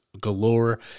galore